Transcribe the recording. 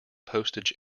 postage